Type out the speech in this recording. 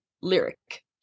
lyric